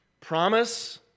Promise